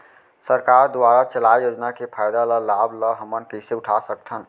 सरकार दुवारा चलाये योजना के फायदा ल लाभ ल हमन कइसे उठा सकथन?